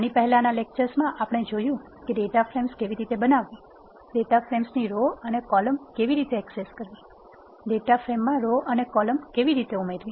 આની પહેલાનાં લેક્ચર્સમાં આપણે જોયું છે કે ડેટા ફ્રેમ્સ કેવી રીતે બનાવવી ડેટા ફ્રેમ્સની રો અને કોલમ કેવી રીતે એક્સેસ કરવી ડેટા ફ્રેમમાં રો અને કોલમ કેવી રીતે ઉમેરવી